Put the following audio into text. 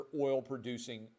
oil-producing